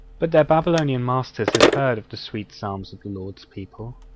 but their babylonian masters had heard of the sweet psalms of the lord's people.